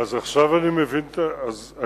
אז עכשיו אני מבין את השאילתא.